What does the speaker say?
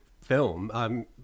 film